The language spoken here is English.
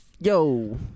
Yo